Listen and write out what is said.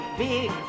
big